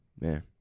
Man